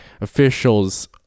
officials